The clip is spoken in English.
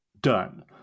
Done